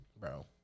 bro